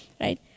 right